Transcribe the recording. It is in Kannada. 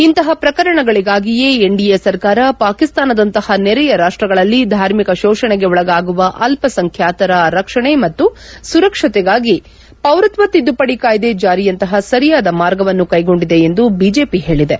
ಇಂತಹ ಪ್ರಕರಣಗಳಿಗಾಗಿಯೇ ಎನ್ಡಿಎ ಸರ್ಕಾರ ಪಾಕಿಸ್ತಾನದಂತಹ ನೆರೆಯ ರಾಷ್ಟಗಳಲ್ಲಿ ಧಾರ್ಮಿಕ ಶೋಷಣೆಗೆ ಒಳಗಾಗುವ ಅಲ್ಲಸಂಖ್ಯಾತರರ ರಕ್ಷಣೆ ಮತ್ತು ಸುರಕ್ಷತೆಗಾಗಿ ಪೌರತ್ವ ತಿದ್ದುಪಡಿ ಕಾಯ್ದೆ ಜಾರಿಯಂತಪ ಸರಿಯಾದ ಮಾರ್ಗವನ್ನು ಕೈಗೊಂಡಿದೆ ಎಂದು ಬಿಜೆಪಿ ಹೇಳಿದೆ